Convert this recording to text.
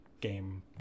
game